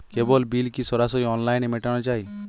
কেবল bill কি সরাসরি অনলাইনে মেটানো য়ায়?